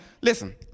listen